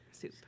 soup